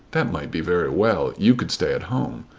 that might be very well. you could stay at home.